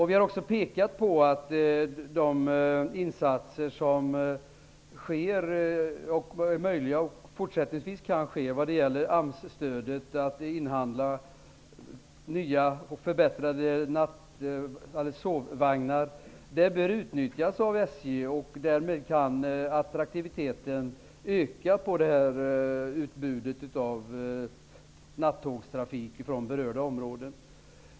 Vi menar att de insatser som sker och som även fortsättningsvis kan ske, dvs. att med hjälp av AMS-stödet inhandla nya och förbättrade sovvagnar, bör utnyttjas av SJ. Därmed kan attraktiviteten öka för detta utbud av nattågstrafik från berörda områden.